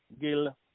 Gil